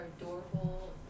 adorable